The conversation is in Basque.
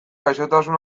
gaixotasun